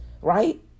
Right